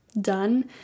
done